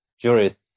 jurists